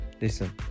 listen